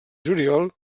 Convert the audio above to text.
juliol